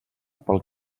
pel